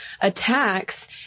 attacks